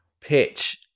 Pitch